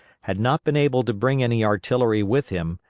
had not been able to bring any artillery with him,